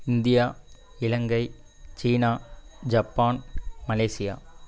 India Ilangai சீனா Japan Malaysia